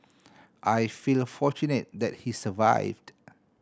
I feel fortunate that he survived